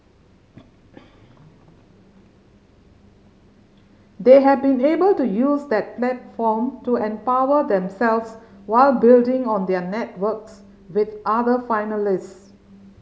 they have been able to use that platform to empower themselves while building on their networks with other finalist